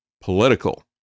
Political